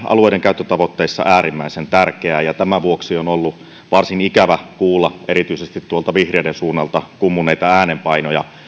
alueidenkäyttötavoitteissa äärimmäisen tärkeää tämän vuoksi on ollut varsin ikävä kuulla erityisesti vihreiden suunnalta kummunneita äänenpainoja